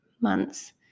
months